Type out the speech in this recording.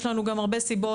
יש לנו גם הרבה סיבות